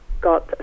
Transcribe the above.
got